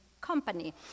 company